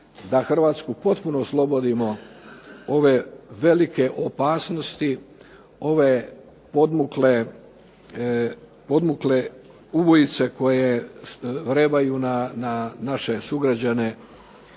da Hrvatsku potpuno oslobodimo ove velike opasnosti, ove podmukle ubojice koje vrebaju na naše sugrađane